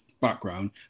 background